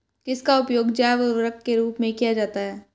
किसका उपयोग जैव उर्वरक के रूप में किया जाता है?